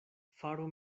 faru